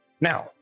now